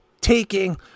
taking